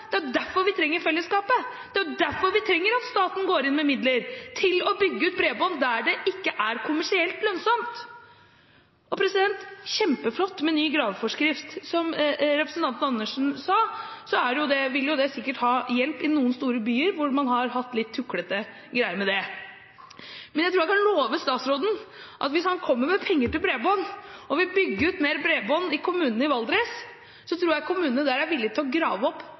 Det er derfor vi trenger fellesskapet. Det er derfor vi trenger at staten går inn med midler til å bygge ut bredbånd der det ikke er kommersielt lønnsomt. Det er kjempeflott med ny graveforskrift. Som representanten Andersen sa, vil det sikkert være til hjelp i noen store byer, hvor man har litt tuklete greier med det. Men jeg tror jeg kan love statsråden at hvis han kommer med penger til bredbånd og vil bygge ut mer bredbånd i kommunene i Valdres, tror jeg kommunene der er villig til å grave opp